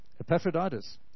Epaphroditus